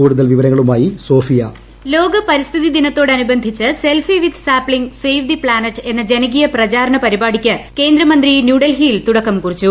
കൂടുതൽ വിവരങ്ങളുമായി് Sophia voice ലോകപരിസ്ഥിതി ദിനത്തോട് അനുബന്ധിച്ച് selfie with sapling save the planet എന്ന ജനകീയ പ്രചാരണ പരിപാടിക്ക് കേന്ദ്രമന്ത്രി ന്യൂഡൽഹിയിൽ തുടക്കം കുറിച്ചു